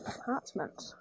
apartment